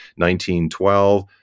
1912